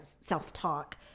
self-talk